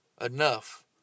enough